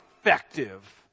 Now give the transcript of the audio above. effective